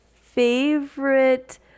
favorite